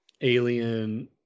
alien